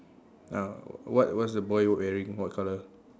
uh what what's the boy wearing what colour